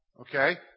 okay